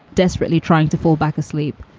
desperately trying to fall back asleep.